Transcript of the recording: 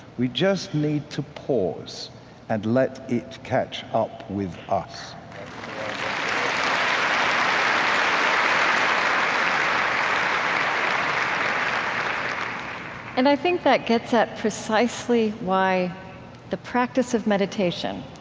we just need to pause and let it catch up with us um and i think that gets at precisely why the practice of meditation,